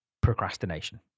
procrastination